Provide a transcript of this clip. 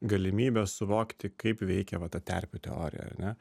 galimybė suvokti kaip veikia va ta terpių teorija ar ne